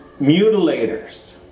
mutilators